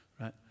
right